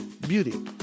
beauty